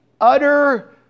utter